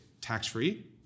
tax-free